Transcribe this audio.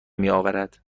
میآورد